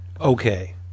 Okay